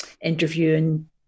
interviewing